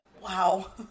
Wow